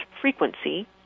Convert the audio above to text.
frequency